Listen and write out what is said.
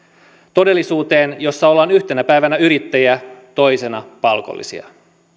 todellisuuteen jossa ollaan yhtenä päivänä yrittäjiä toisena palkollisia